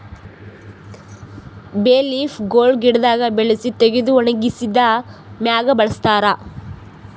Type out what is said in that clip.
ಬೇ ಲೀಫ್ ಗೊಳ್ ಗಿಡದಾಗ್ ಬೆಳಸಿ ತೆಗೆದು ಒಣಗಿಸಿದ್ ಮ್ಯಾಗ್ ಬಳಸ್ತಾರ್